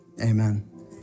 amen